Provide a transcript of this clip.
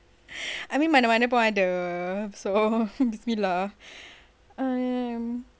I mean mana-mana pun ada so it's me lah